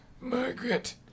Margaret